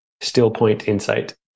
Stillpointinsight